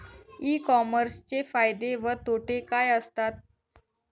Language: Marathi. ई कॉमर्सचे फायदे व तोटे काय असतात?